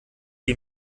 wie